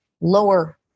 lower